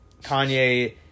Kanye